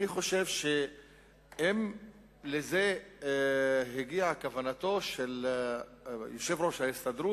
אם לזה הגיעה כוונתו של יושב-ראש ההסתדרות,